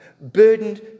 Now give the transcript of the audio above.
Burdened